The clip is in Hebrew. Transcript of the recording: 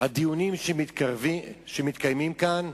הדיונים שמתקיימים כאן,